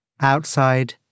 outside